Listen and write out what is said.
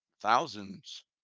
thousands